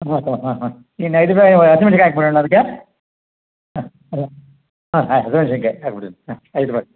ಹಾಂ ಹಾಂ ಹಾಂ ಹಾಂ ಇನ್ನು ಐದು ರೂಪಾಯಿ ಹಸಿಮೆಣ್ಶಿನ್ಕಾಯ್ ಹಾಕ್ಬಿಡಣ ಅದಕ್ಕೆ ಹಾಂ ಹಾಂ ಹಾಂ ಹಾಂ ಹಸಿಮೆಣ್ಸಿನ್ಕಾಯಿ ಹಾಕ್ಬಿಡ್ತೀನಿ ಹಾಂ ಐದು ರೂಪಾಯಿ